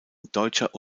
deutscher